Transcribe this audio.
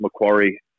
Macquarie